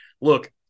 look